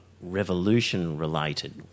revolution-related